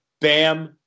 BAM